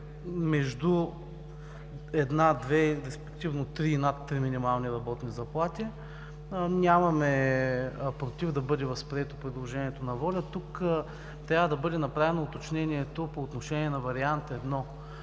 между една, две, респективно три и над три минимални работни заплати. Нямаме против да бъде възприето предложението на „Воля“. Тук трябва да бъде направено уточнението по отношение на вариант І.